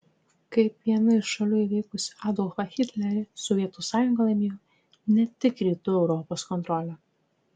kaip viena iš šalių įveikusių adolfą hitlerį sovietų sąjunga laimėjo ne tik rytų europos kontrolę